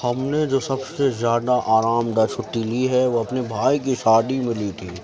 ہم نے جو سب سے زیادہ آرام دہ چھٹی لی ہے وہ اپنے بھائی کی شادی میں لی تھی